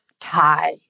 tie